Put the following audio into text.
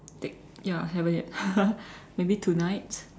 take ya haven't yet maybe tonight